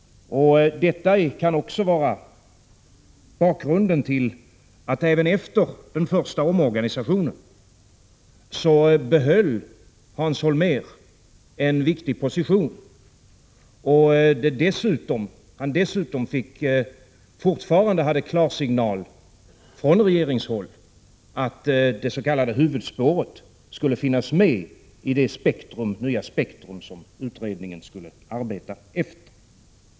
Och detta kan också vara bakgrunden till att Hans Holmér även efter den första omorganisationen behöll en viktig position och dessutom fortfarande hade klarsignal från regeringshåll att det så kallade huvudspåret skulle finnas med i det nya spektrum som utredningen skulle arbeta efter.